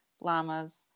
llamas